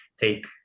take